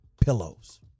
pillows